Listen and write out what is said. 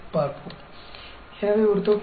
तो आइए हम एक साधारण समस्या को देखें